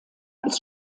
als